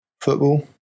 football